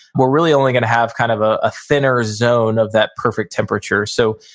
we're really only gonna have kind of ah a thinner zone of that perfect temperature. so,